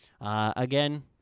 Again